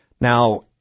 Now